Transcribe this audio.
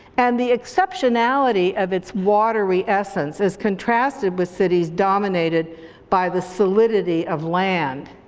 and the exceptionality of its watery essence is contrasted with cities dominated by the solidity of land.